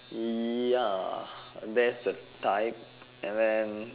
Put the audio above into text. ya that's the type and then